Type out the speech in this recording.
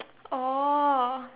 oh